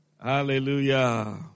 Hallelujah